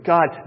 God